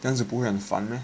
但是不会烦 meh